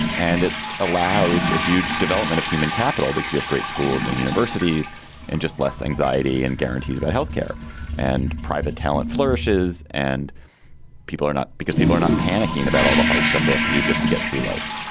and it allows a huge development of human capital because you have great schools and universities and just less anxiety and guarantees about health care and private talent flourishes. and people are not because people are not panicking about all the hard stuff they have to do just to get through life.